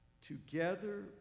together